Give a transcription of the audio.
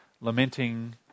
lamenting